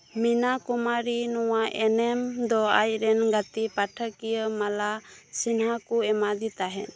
ᱢᱤᱱᱟ ᱠᱩᱢᱟᱨᱤ ᱱᱚᱶᱟ ᱮᱱᱮᱢ ᱫᱚ ᱟᱡᱨᱮᱱ ᱜᱟᱛᱮ ᱯᱟᱴᱷᱚᱠᱤᱭᱟᱹ ᱢᱟᱞᱟ ᱥᱤᱱᱦᱟ ᱠᱳ ᱮᱢᱟᱫᱮ ᱛᱟᱦᱮᱸᱫ